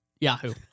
Yahoo